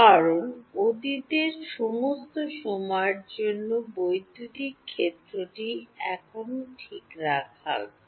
কারণ অতীতের সমস্ত সময়ের জন্য বৈদ্যুতিক ক্ষেত্রটি এখনও ঠিক রাখা হচ্ছে